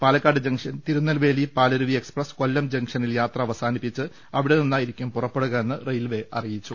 Palakkad junction Tirunelveli Palaruvi express Kollam ജംഗ്ഷനിൽ യാത്ര അവസാനിപ്പിച്ച് അവിടെനിന്നായിരിക്കും പുറപ്പെടുക എന്ന് റെയിൽവെ അറിയിച്ചു